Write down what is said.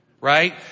Right